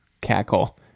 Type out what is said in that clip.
cackle